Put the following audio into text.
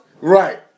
Right